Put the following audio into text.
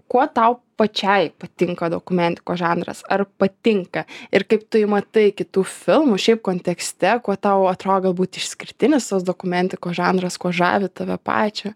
kuo tau pačiai patinka dokumentikos žanras ar patinka ir kaip tu jį matai kitų filmų šiaip kontekste kuo tau atro galbūt išskirtinis tos dokumentikos žanras kuo žavi tave pačią